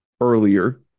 earlier